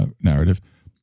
narrative